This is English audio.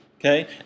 okay